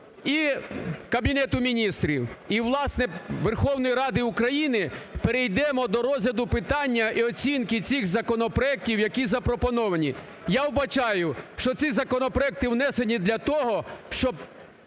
і Кабінету Міністрів, і, власне, Верховної Ради України, перейдемо до розгляду питання і оцінки цих законопроектів, які запропоновані. Я вбачаю, що ці законопроекти внесені для того, щоб